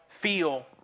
feel